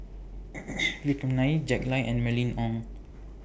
Vikram Nair Jack Lai and Mylene Ong